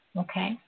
okay